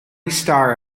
star